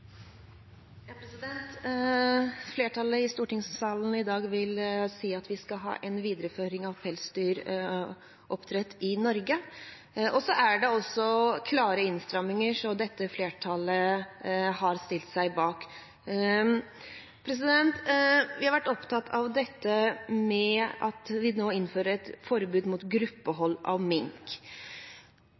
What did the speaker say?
Flertallet i stortingssalen i dag vil si at vi skal ha en videreføring av pelsdyroppdrett i Norge. Det er også klare innstramminger som dette flertallet har stilt seg bak. Vi har vært opptatt av at vi nå innfører et forbud mot gruppehold av mink.